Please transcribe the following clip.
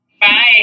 Bye